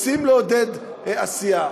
רוצים לעודד עשייה.